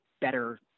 better